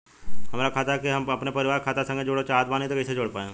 हमार खाता के हम अपना परिवार के खाता संगे जोड़े चाहत बानी त कईसे जोड़ पाएम?